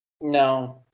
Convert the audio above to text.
No